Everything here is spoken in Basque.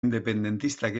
independentistak